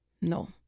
No